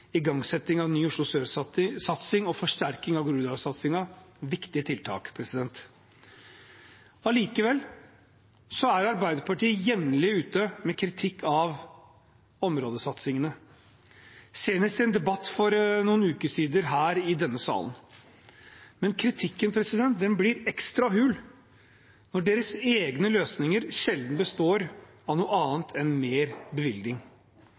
igangsetting av en ny Oslo Sør-satsing og en forsterking av Groruddalssatsingen viktige tiltak. Likevel er Arbeiderpartiet jevnlig ute med kritikk av områdesatsingene, senest i en debatt for noen uker siden her i denne salen. Men kritikken blir ekstra hul når deres egne løsninger sjelden består av noe